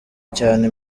cyane